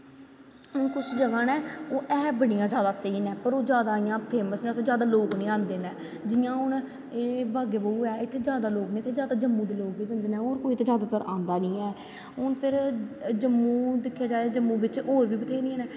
हुन कुछ जगह न ओह् हैन बड़ियां स्हेई न पर ओह् जैदा इ'यां फेमस नेईं हैन जैदा लोग निं आंदे न हून जि'यां एह् बागेबहू ऐ इत्थेै जैदा लोग निं इत्थै जैदा लोग जम्मू दे गै लोग जंदे न होर जैदा कोई ते आंदा निं ऐ हून फिर जम्मू दिक्खेआ जाए जम्मू बिच्च होर बी बथेरियां न